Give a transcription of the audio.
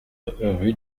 rue